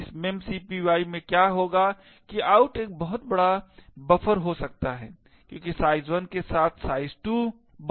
इस memcpy में क्या होगा कि out एक बहुत बड़ा बफर हो सकता है क्योंकि size1 के साथ साथ size2 बहुत बड़ा है